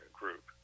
group